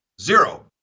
zero